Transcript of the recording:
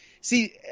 See